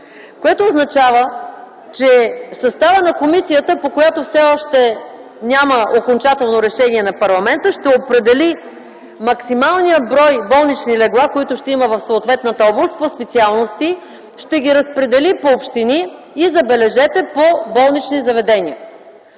което означава, че съставът на комисията, по която все още няма окончателно решение на парламента, ще определи максималния брой болнични легла, които ще има в съответната област по специалности, ще ги разпредели по общини и – забележете – по болнични заведения.